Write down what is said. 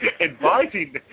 advising